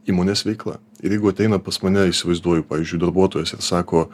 įmonės veikla ir jeigu ateina pas mane įsivaizduoju pavyzdžiui darbuotojas ir sako